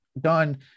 done